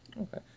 Okay